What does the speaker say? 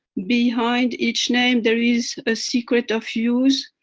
behind each name there is a secret of use,